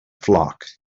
flock